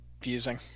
confusing